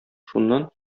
шуннан